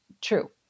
true